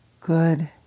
good